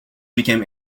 became